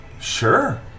Sure